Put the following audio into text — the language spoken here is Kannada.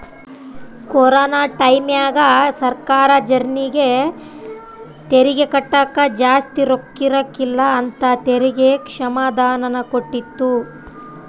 ಕೊರೊನ ಟೈಮ್ಯಾಗ ಸರ್ಕಾರ ಜರ್ನಿಗೆ ತೆರಿಗೆ ಕಟ್ಟಕ ಜಾಸ್ತಿ ರೊಕ್ಕಿರಕಿಲ್ಲ ಅಂತ ತೆರಿಗೆ ಕ್ಷಮಾದಾನನ ಕೊಟ್ಟಿತ್ತು